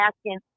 asking